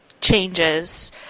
changes